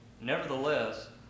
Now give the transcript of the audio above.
Nevertheless